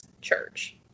church